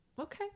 okay